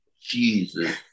Jesus